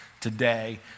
today